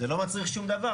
זה לא מצריך שום דבר.